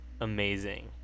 amazing